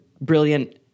brilliant